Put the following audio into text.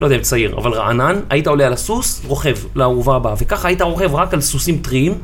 לא יודע אם צעיר, אבל רענן. היית עולה על הסוס, רוכב, לאהובה הבאה. וככה היית רוכב רק על סוסים טריים,